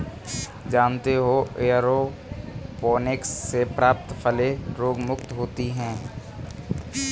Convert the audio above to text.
जानते हो एयरोपोनिक्स से प्राप्त फलें रोगमुक्त होती हैं